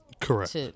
Correct